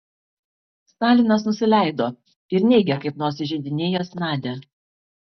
stalinas nusileido ir neigė kaip nors įžeidinėjęs nadią